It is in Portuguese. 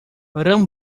ramo